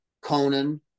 conan